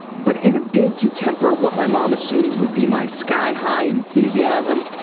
but in a bid to temper what my mom assumed would be my sky high enthusiasm,